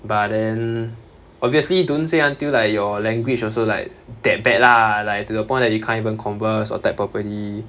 but then obviously don't say until like your language also like that bad lah like to the point that you can't even converse or type properly